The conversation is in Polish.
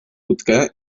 łódkę